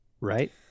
right